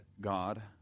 God